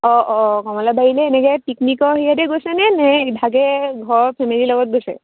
অঁ অঁ কমলাবাৰীলৈ এনেকৈ পিকনিকৰ হেৰিয়তে গৈছেনে নে ইভাগে ঘৰৰ ফেমিলিৰ লগত গৈছে